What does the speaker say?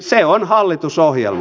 se on hallitusohjelma